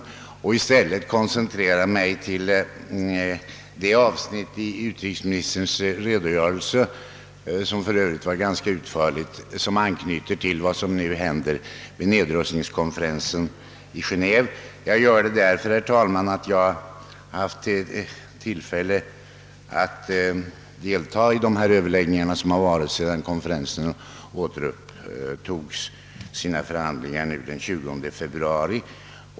Jag skall i stället koncentrera mig på det avsnitt i utrikesministerns redogörelse, vilket för övrigt var ganska utförligt, som anknöt till vad som nu händer vid nedrustningskonferensen i Geneve. Jag gör det, herr talman, därför att jag har haft tillfälle att där delta i de överläggningar som har ägt rum sedan kon ferensen återupptog sina förhandlingar den 21 februari.